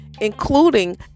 including